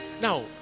Now